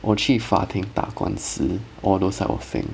我去法庭打官司 all those type of thing